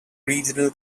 regional